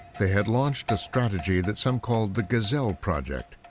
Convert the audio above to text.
they had launched a strategy that some called the gazelle project,